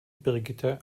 brigitte